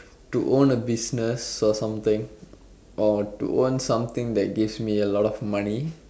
to own a business or something or to own something that gives me a lot of money